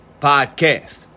Podcast